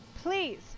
Please